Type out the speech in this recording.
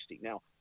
Now